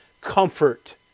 comfort